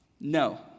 No